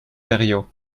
berrios